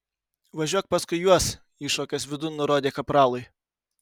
važiuok paskui juos įšokęs vidun nurodė kapralui